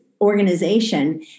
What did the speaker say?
organization